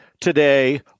today